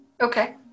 Okay